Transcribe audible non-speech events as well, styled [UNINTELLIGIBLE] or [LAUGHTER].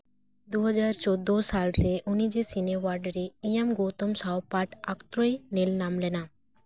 ᱫᱩ ᱦᱟᱡᱟᱨ ᱪᱳᱫᱽᱫᱳ ᱥᱟᱞᱨᱮ ᱩᱱᱤ ᱡᱤ ᱥᱤᱱᱮ [UNINTELLIGIBLE] ᱮᱣᱟᱨᱰ ᱨᱮ ᱤᱭᱟᱢᱤ ᱜᱳᱛᱚᱢ ᱥᱟᱶ ᱯᱟᱴᱷ ᱚᱠᱛᱚᱭ ᱧᱮᱞ ᱧᱟᱢ ᱞᱮᱱᱟ